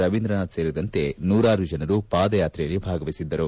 ರವೀಂದ್ರನಾಥ್ ಸೇರಿದಂತೆ ನೂರಾರು ಜನರು ಪಾದಯಾತ್ರೆಯಲ್ಲಿ ಭಾಗವಹಿಸಿದ್ದರು